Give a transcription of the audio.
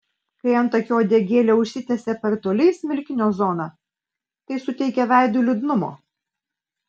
kai antakio uodegėlė užsitęsia per toli į smilkinio zoną tai suteikia veidui liūdnumo